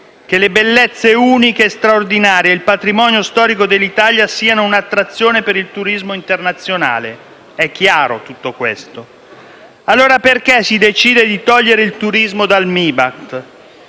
che le bellezze uniche e straordinarie e il patrimonio storico dell'Italia siano un'attrazione per il turismo internazionale. È chiaro tutto questo. Allora perché si decide di togliere il turismo dal MIBACT?